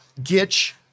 Gitch